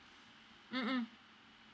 mm mm